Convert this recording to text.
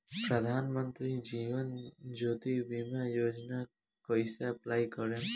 प्रधानमंत्री जीवन ज्योति बीमा योजना कैसे अप्लाई करेम?